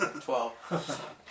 Twelve